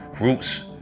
Roots